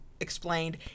explained